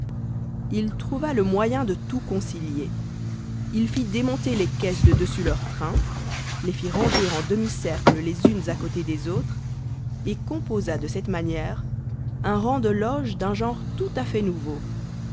il trouva le moyen de tout concilier il fit démonter les caisses de dessus leurs trains les fit ranger en demi-cercle les unes à côté des autres et composa de cette manière un rang de loges d'un genre tout-à-fait nouveau